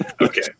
Okay